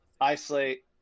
isolate